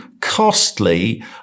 costly